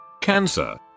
cancer